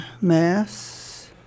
Mass